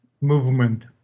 movement